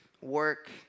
Work